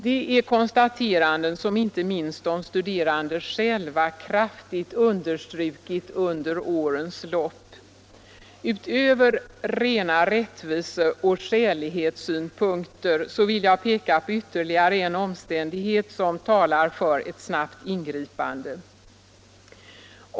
Det är konstateranden som inte minst de studerande själva kraftigt understrukit under årens lopp. Utöver rena rättvise-och skälighetssynpunkter vill jag peka på ytterligare en omständighet som talar för ett snabbt ingripande.